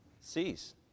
cease